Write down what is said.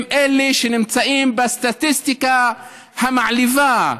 הם שנמצאים בסטטיסטיקה המעליבה,